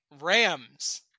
Rams